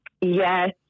Yes